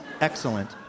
Excellent